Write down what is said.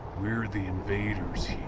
we're the invaders